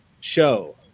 show